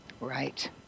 Right